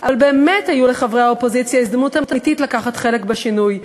אבל באמת הייתה לחברי האופוזיציה הזדמנות אמיתית לקחת חלק בשינוי.